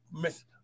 Miss